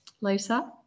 Lisa